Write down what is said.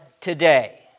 today